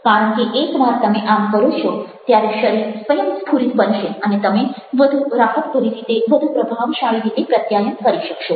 કારણ કે એક વાર તમે આમ કરો છો ત્યારે શરીર સ્વયંસ્ફુરિત બનશે અને તમે વધુ રાહતભરી રીતે વધુ પ્રભાવશાળી રીતે પ્રત્યાયન કરી શકશો